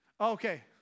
Okay